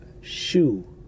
shoe